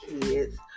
kids